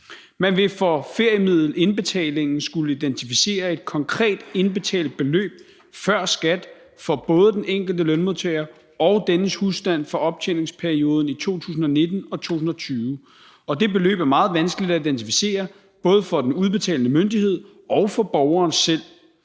Man vil for feriemiddelindbetalingen skulle identificere et konkret indbetalt beløb før skat for både den enkelte lønmodtager og dennes husstand for optjeningsperioden i 2019 og 2020, og det beløb er meget vanskeligt at identificere, både for den udbetalende myndighed og for borgeren selv.